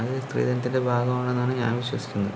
അത് സ്ത്രീധനത്തിൻ്റെ ഭാഗമാണെന്നാണ് ഞാൻ വിശ്വസിക്കുന്നത്